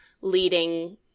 leading